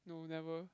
no never